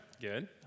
Good